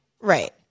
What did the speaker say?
Right